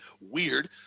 weird